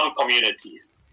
communities